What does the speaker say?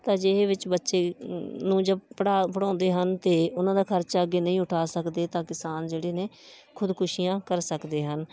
ਤਾਂ ਅਜਿਹੇ ਵਿੱਚ ਬੱਚੇ ਨੂੰ ਜੇ ਪੜਾ ਪੜ੍ਹਾਉਂਦੇ ਹਨ ਅਤੇ ਉਹਨਾਂ ਦਾ ਖਰਚਾ ਅੱਗੇ ਨਹੀਂ ਉਠਾ ਸਕਦੇ ਤਾਂ ਕਿਸਾਨ ਜਿਹੜੇ ਨੇ ਖੁਦਕੁਸ਼ੀਆਂ ਕਰ ਸਕਦੇ ਹਨ